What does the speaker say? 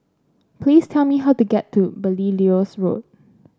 please tell me how to get to Belilios Road